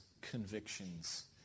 convictions